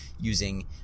using